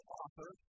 author